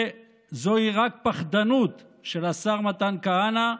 זוהי רק פחדנות של השר מתן כהנא,